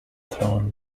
thrown